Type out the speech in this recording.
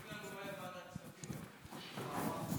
בוועדת כספים היום.